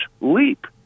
leap